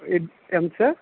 ఏ ఎంత సార్